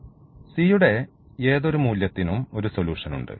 c യുടെ ഏതൊരു മൂല്യത്തിലും ഒരു സൊല്യൂഷൻ ഉണ്ട്